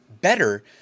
better